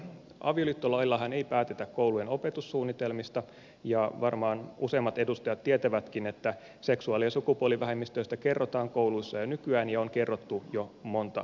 avioliittolaillahan ei päätetä koulujen opetussuunnitelmista ja varmaan useimmat edustajat tietävätkin että seksuaali ja sukupuolivähemmistöistä kerrotaan kouluissa jo nykyään ja on kerrottu jo monta vuotta